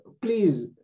please